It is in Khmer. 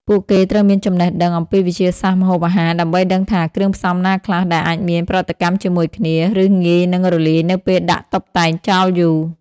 ពួកគេត្រូវមានចំណេះដឹងអំពីវិទ្យាសាស្ត្រម្ហូបអាហារ ដើម្បីដឹងថាគ្រឿងផ្សំណាខ្លះដែលអាចមានប្រតិកម្មជាមួយគ្នា ឬងាយនឹងរលាយនៅពេលដាក់តុបតែងចោលយូរ។